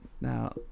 now